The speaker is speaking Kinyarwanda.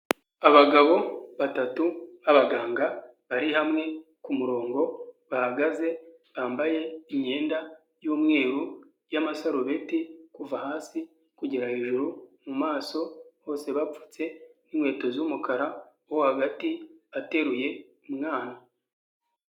Abagabo batatu b'abaganga bari hamwe ku murongo bahagaze, bambaye imyenda y'umweru y'amasarubeti kuva hasi kugera hejuru, mu maso hose bapfutse n'inkweto z'umukara, uwo hagati ateruye umwana.